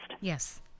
Yes